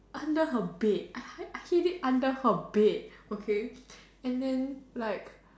under her bed I hid it under her bed okay and then like